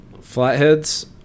Flatheads